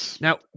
Now